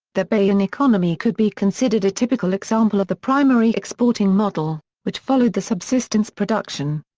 the bahian economy could be considered a typical example of the primary-exporting model, which followed the subsistence production.